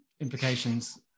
implications